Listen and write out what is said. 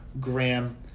Graham